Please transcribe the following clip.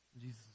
Jesus